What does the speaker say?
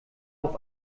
auf